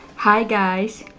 hi guys,